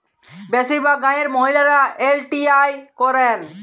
বেশিরভাগ গাঁয়ের মহিলারা এল.টি.আই করেন